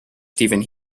stephen